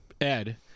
Ed